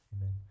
Amen